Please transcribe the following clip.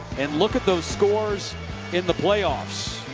and look at those scores in the playoffs.